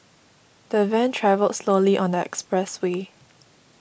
the van travelled slowly on the expressway